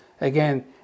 again